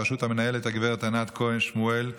בראשות המנהלת גב' ענת כהן שמואל,